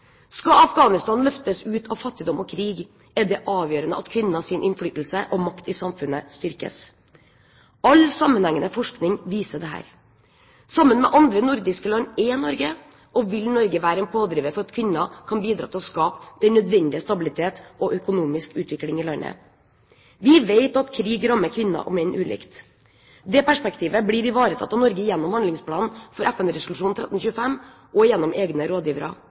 Skal Afghanistan løftes ut av fattigdom og krig, er det avgjørende at kvinners innflytelse og makt i samfunnet styrkes. All sammenhengende forskning viser dette. Sammen med andre nordiske land er Norge og vil Norge være en pådriver for at kvinner kan bidra til å skape den nødvendige stabilitet og økonomiske utvikling i landet. Vi vet at krig rammer kvinner og menn ulikt. Det perspektivet blir ivaretatt av Norge gjennom handlingsplanen for FN-resolusjon 1325 og gjennom egne rådgivere.